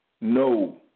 No